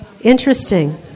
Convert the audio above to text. Interesting